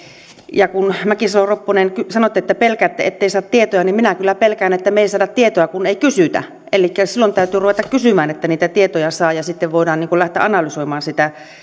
ja kun mäkisalo ropponen sanoitte että pelkäätte ettei saa tietoja niin minä kyllä pelkään että me emme saa tietoja kun ei kysytä elikkä silloin täytyy ruveta kysymään että niitä tietoja saa ja sitten voidaan lähteä analysoimaan sitä